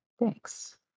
thanks